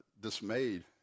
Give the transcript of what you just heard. dismayed